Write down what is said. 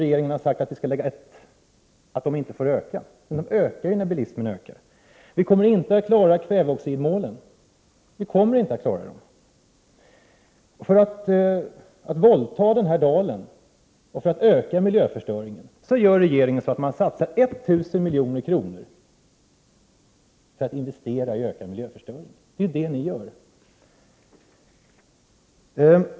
Regeringen har uttalat att dessa utsläpp inte får öka, men de ökar ju när — Prot. 1988/89:68 bilismen ökar. Vi kommer inte att klara det uppställda målet för utsläpp av 16 februari 1989 kväveoxid. För att våldta den här dalen och för att öka miljöförstöringen satsar nu regeringen 1 000 milj.kr. — en investering i ökad miljöförstöring.